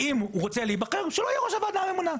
ואם הוא רוצה להיבחר שלא יהיה ראש הוועדה הממונה.